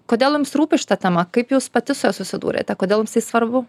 kodėl jums rūpi šita tema kaip jūs pati su ja susidūrėte kodėl tai svarbu